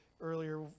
earlier